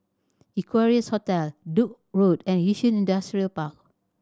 Equarius Hotel Duke Road and Yishun Industrial Park